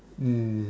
mm